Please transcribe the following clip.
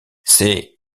c’est